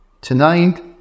tonight